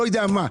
לא יודע מה,